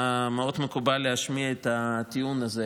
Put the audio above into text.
היה מאוד מקובל להשמיע את הטיעון הזה.